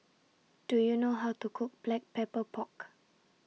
Do YOU know How to Cook Black Pepper Pork